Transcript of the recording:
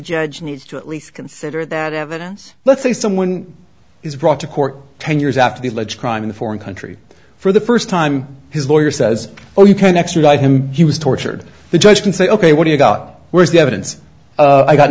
judge needs to at least consider that evidence let's say someone is brought to court ten years after the alleged crime in a foreign country for the first time his lawyer says oh you can extradite him he was tortured the judge can say ok what do you got where's the evidence i got